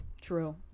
True